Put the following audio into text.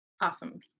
Awesome